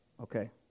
Okay